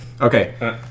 Okay